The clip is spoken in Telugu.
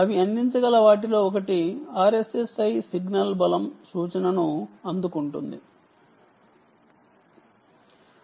అవి అందించగల వాటిలో ఒకటి RSSI సిగ్నల్ అనగా right receive signal strength indication